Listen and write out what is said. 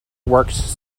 works